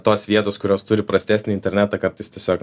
tos vietos kurios turi prastesnį internetą kartais tiesiog